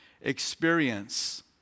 experience